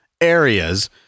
areas